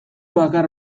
bakar